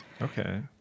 Okay